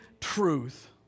truth